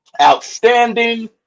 outstanding